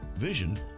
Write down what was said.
vision